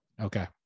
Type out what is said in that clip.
Okay